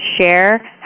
share